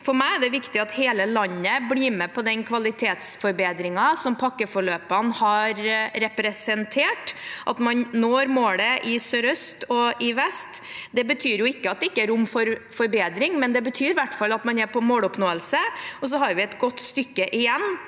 For meg er det viktig at hele landet blir med på den kvalitetsforbedringen som pakkeforløpene har representert. At man når målet i Helse Sør-Øst og i Helse Vest, betyr ikke at det ikke er rom for forbedring, men det betyr i hvert fall at man er på måloppnåelse, og så har vi et godt stykke igjen